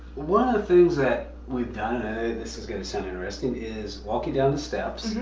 one of the that we've done, and this is gonna sound interesting, is walking down the steps,